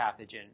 pathogen